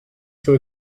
too